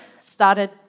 started